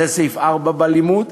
זה סעיף 4 בלימוד.